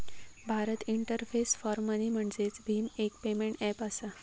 Bharat interface for money म्हणजेच भीम, एक पेमेंट ऐप असा